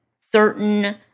certain